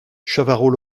chavarot